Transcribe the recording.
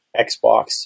Xbox